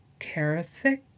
Karasik